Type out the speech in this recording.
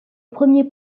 premier